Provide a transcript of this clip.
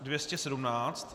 217.